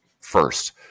first